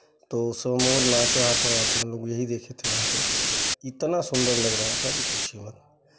तो सो मोर नाच रहा था वहाँ पे हम लोग यही देखे थे वहाँ पे इतना सुंदर लग रहा था कि पूछिए मत